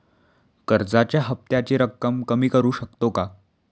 कर्जाच्या हफ्त्याची रक्कम कमी करू शकतो का?